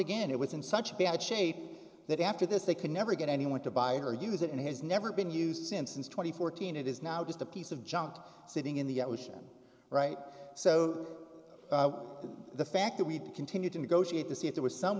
again it was in such bad shape that after this they could never get anyone to buy it or use it and has never been used since since twenty fourteen it is now just a piece of junk sitting in the ocean right so the fact that we continue to negotiate to see if there was some